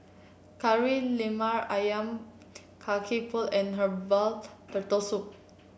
Kari Lemak ayam Kacang Pool and Herbal Turtle Soup